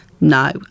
no